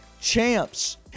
champs